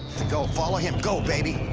go follow him. go baby.